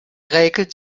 räkelt